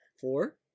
four